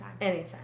Anytime